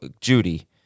Judy